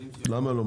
למה לא?